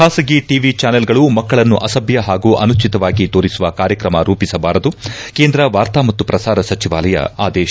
ಖಾಸಗಿ ಟಿವಿ ಜಾನೆಲ್ಗಳು ಮಕ್ಕಳನ್ನು ಅಸಭ್ಯ ಹಾಗೂ ಅನುಚಿತವಾಗಿ ತೋರಿಸುವ ಕಾರ್ಯಕ್ರಮ ರೂಪಿಸಬಾರದು ಕೇಂದ್ರ ವಾರ್ತಾ ಮತ್ತು ಪ್ರಸಾರ ಸಚಿವಾಲಯ ಆದೇಶ